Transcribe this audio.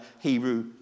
Hebrew